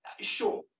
Sure